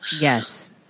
Yes